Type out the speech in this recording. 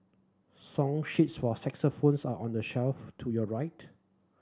song sheets for are on the shelf to your right